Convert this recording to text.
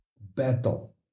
battle